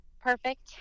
perfect